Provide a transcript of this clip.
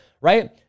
right